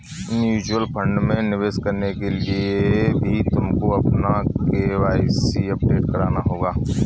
mutual fund में निवेश करने के लिए भी तुमको अपना के.वाई.सी अपडेट कराना होगा